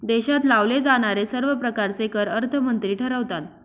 देशात लावले जाणारे सर्व प्रकारचे कर अर्थमंत्री ठरवतात